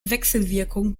wechselwirkung